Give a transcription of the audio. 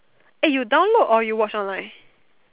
eh you download or you watch online